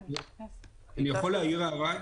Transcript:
אני יכול להעיר הערה,